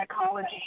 psychology